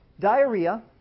Diarrhea